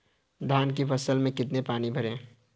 धान की फसल में कितना पानी भरें?